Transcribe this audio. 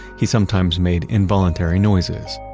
he sometimes made involuntary noises.